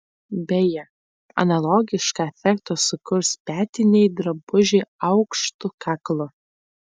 beje analogišką efektą sukurs petiniai drabužiai aukštu kaklu